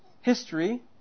history